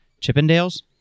Chippendales